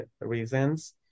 reasons